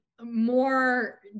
more